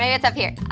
ah it's up here.